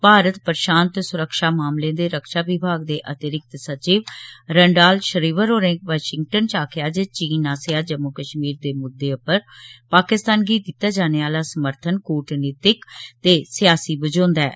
भारत प्रशांत सुरक्षा मामलें दे रक्षा विभाग दे अतिरिक्त सचिव रंडाल श्रीवर होरें वाशिंग्टन च आक्खेआ जे चीन आस्सेआ जम्मू कश्मीर दे मुद्दे उप्पर पाकिस्तान गी दित्ता जाने आला समर्थन कूटनीतिक ते सियासी बझोंदा ऐ